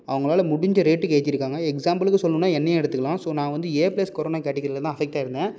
அவங்களால முடிஞ்ச ரேட்டுக்கு ஏத்தியிருக்காங்க எக்ஸாம்பிள்க்கு சொல்லணுன்னா என்னையே எடுத்துக்கலாம் ஸோ நான் வந்து ஏ பிளஸ் கொரோனா கேட்டகிரியில்தான் அஃபெக்ட் ஆகிருந்தேன்